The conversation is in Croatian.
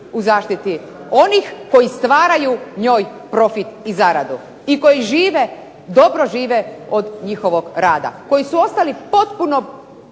u zaštiti onih koji stvaraju njoj profit i zaradu i koji žive, dobro žive od njihovog rada, koji su ostali potpuno